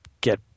get